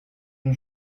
son